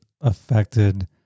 affected